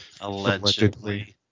Allegedly